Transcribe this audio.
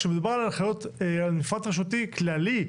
כשמדובר על מפרט רשותי כללי,